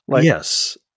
yes